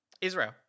Israel